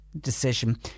decision